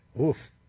Oof